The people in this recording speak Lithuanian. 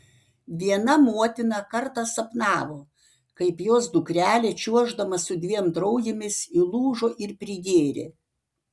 viena motina kartą sapnavo kaip jos dukrelė čiuoždama su dviem draugėmis įlūžo ir prigėrė